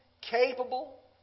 capable